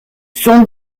son